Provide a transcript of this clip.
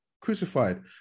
crucified